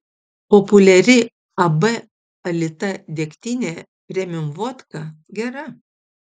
populiari ab alita degtinė premium vodka gera